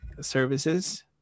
services